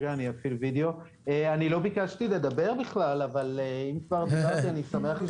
לא ביקשתי לדבר אבל אם כבר נתתם לי, אני שמח.